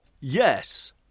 Yes